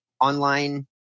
online